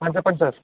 చెప్పండి సార్